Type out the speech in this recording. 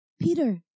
Peter